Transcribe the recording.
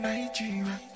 Nigeria